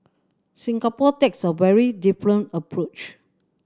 Singapore takes a very different approach